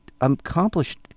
accomplished